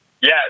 Yes